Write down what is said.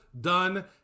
done